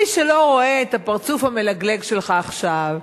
מי שלא רואה את הפרצוף המלגלג שלך עכשיו,